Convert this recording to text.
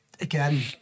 again